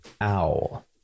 Owl